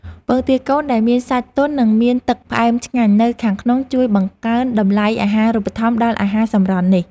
ពងទាកូនដែលមានសាច់ទន់និងមានទឹកផ្អែមឆ្ងាញ់នៅខាងក្នុងជួយបង្កើនតម្លៃអាហារូបត្ថម្ភដល់អាហារសម្រន់នេះ។